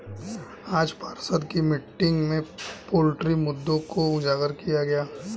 आज पार्षद की मीटिंग में पोल्ट्री मुद्दों को उजागर किया गया